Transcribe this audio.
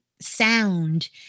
sound